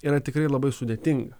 yra tikrai labai sudėtinga